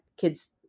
kids